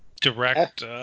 direct